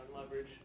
leverage